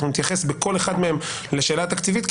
נתייחס בכל מהם לשאלה התקציבית,